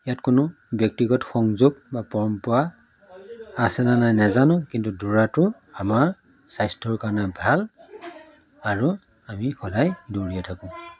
ইয়াত কোনো ব্যক্তিগত সংযোগ বা পৰম্পৰা আছে না নাই নাজানো কিন্তু দৌৰাটো আমাৰ স্বাস্থ্যৰ কাৰণে ভাল আৰু আমি সদায় দৌৰিয়ে থাকোঁ